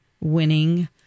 winning